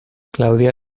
claudia